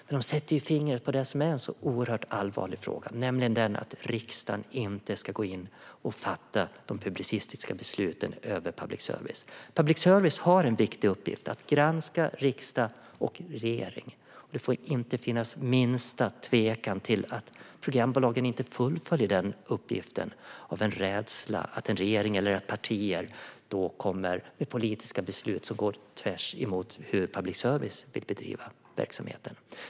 Men de sätter fingret på en oerhört allvarlig fråga, nämligen att riksdagen inte ska gå in och fatta de publicistiska besluten om public service. Public service har en viktig uppgift: att granska riksdag och regering. Det får inte finnas minsta misstanke om att programbolagen inte fullföljer den uppgiften av rädsla för att en regering eller vissa partier då kommer med politiska beslut som går tvärtemot hur public service vill bedriva verksamheten.